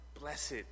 Blessed